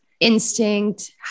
instinct